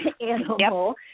Animal